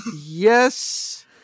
yes